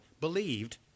believed